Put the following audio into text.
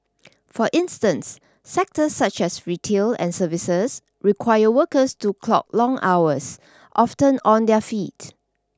for instance sectors such as retail and services require workers to clock long hours often on their feet